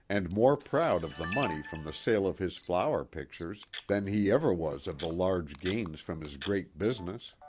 and more proud of the money from the sale of his flower pictures than he ever was of the large gains from his great business.